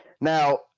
Now